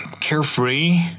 carefree